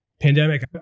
pandemic